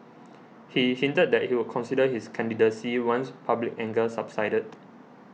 he hinted that he would consider his candidacy once public anger subsided